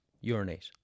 Urinate